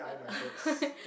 uh